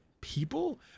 people